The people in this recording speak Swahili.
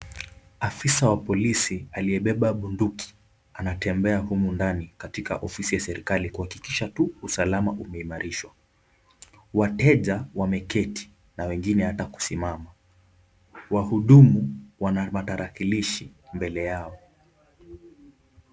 Afisa wa polisi aliyebeba bunduki anatembea humu ndani katika ofisi ya serikali ili kuhakikisha tu usalama umeimarishwa. Wateja wameketi na engine hata kusimama. Wahudumu wana matarakilishi mbele yao.